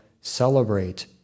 celebrate